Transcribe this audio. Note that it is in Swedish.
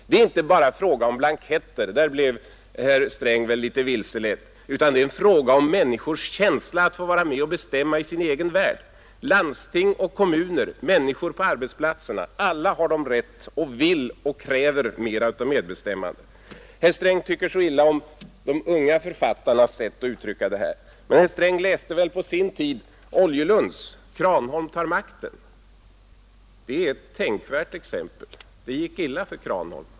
Det är inte bara fråga om blanketter — på den punkten blev väl herr Sträng litet vilseledd — utan det är fråga om människors känsla av att få vara med och bestämma i sin egen värld. Landsting och kommuner, människor på arbetsplatserna — alla har de rätt till och alla kräver de mera av medbestämmande. Herr Sträng tycker så illa om de unga författarnas sätt att uttrycka det här, men herr Sträng läste väl på sin tid Oljelunds ”Kranholm tar makten”? Det är ett tänkvärt exempel. Det gick illa för Kranholm.